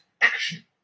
action